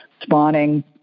spawning